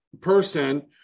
person